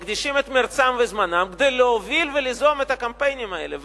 הם מקדישים את מרצם וזמנם כדי להוביל וליזום את הקמפיינים האלה.